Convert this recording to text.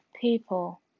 people